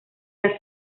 las